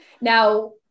Now